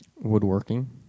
woodworking